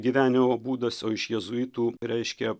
gyvenimo būdas o iš jėzuitų reiškia